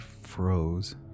froze